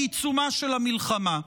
בעיצומה של המלחמה?